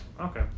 Okay